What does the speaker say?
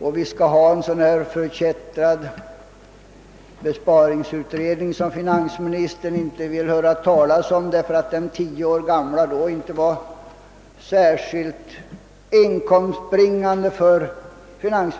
och vi skall tillsätta en sådan förkättrad besparingsutredning som finansministern inte vill höra talas om, därför att den gamla för tio år sedan inte var särskilt inkomstbringande för honom.